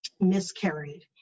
miscarried